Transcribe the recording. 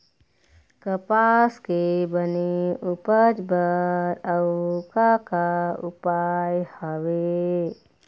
कपास के बने उपज बर अउ का का उपाय हवे?